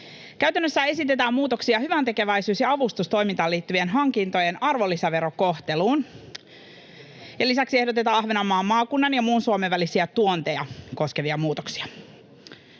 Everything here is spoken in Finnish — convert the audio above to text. Käytännössä esitetään muutoksia hyväntekeväisyys- ja avustustoimintaan liittyvien hankintojen arvonlisäverokohteluun, ja lisäksi ehdotetaan Ahvenanmaan maakunnan ja muun Suomen välisiä tuonteja koskevia muutoksia.